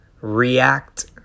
react